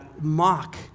mock